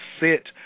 sit